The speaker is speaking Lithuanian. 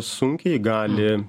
sunkiai gali